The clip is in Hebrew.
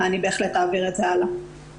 אני בהחלט אעביר את זה הלאה.